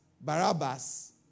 Barabbas